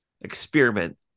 experiment